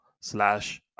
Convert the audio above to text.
slash